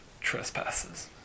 trespasses